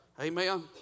Amen